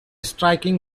striking